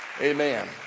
Amen